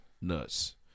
Nuts